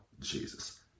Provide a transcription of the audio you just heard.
Jesus